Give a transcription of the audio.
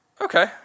Okay